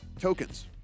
Tokens